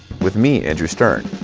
with me, andrew stern,